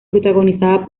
protagonizada